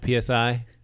psi